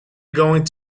going